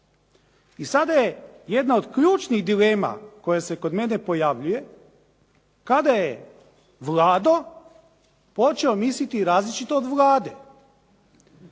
I sada je jedna od ključnih dilema koja se kod mene pojavljuje, kada je Vlado počeo misliti različito od Vlade,